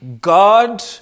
God